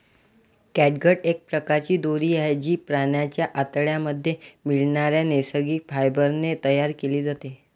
catgut एक प्रकारची दोरी आहे, जी प्राण्यांच्या आतड्यांमध्ये मिळणाऱ्या नैसर्गिक फायबर ने तयार केली जाते